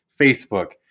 Facebook